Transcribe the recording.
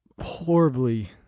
horribly